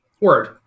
Word